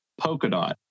Polkadot